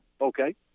Okay